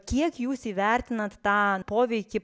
kiek jūs įvertinant tą poveikį